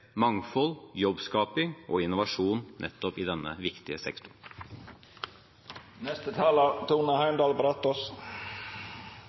mangfold, jobbskaping og innovasjon i denne viktige